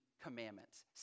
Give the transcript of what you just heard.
commandments